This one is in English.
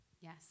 Yes